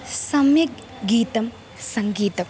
सम्यक् गीतं सङ्गीतं